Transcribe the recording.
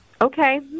Okay